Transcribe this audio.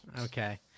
Okay